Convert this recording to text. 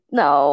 no